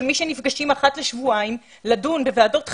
מי שנפגשים אחת לשבועיים לדון בוועדות חירום,